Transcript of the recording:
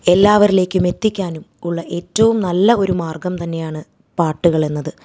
എല്ലാവരിലേക്കും എത്തിക്കാനുമുള്ള ഏറ്റവും നല്ല ഒരു മാർഗ്ഗം തന്നെയാണ് പാട്ടുകൾ എന്നത്